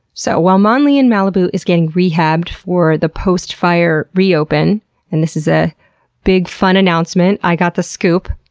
so, while mon li in malibu is getting rehabbed for the post-fire reopen and this is a big fun announcement i got the scoop.